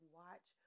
watch